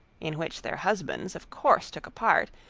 in which their husbands of course took a part,